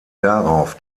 darauf